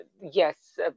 Yes